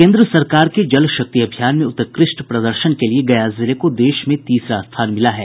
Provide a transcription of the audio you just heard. केन्द्र सरकार के जल शक्ति अभियान में उत्कृष्ट प्रदर्शन के लिए गया जिले को देश में तीसरा स्थान मिला है